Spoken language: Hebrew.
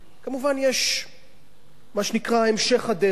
כמובן יש מה שנקרא המשך הדרך.